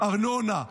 ארנונה,